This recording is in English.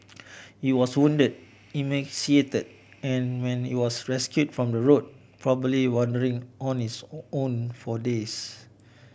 it was wounded emaciated and when it was rescued from the road probably wandering on its O own for days